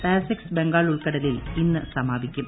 PASSEX Bengal ഉൾക്കടലിൽ ഇന്ന് സമാപിക്കും